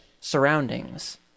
surroundings